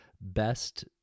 best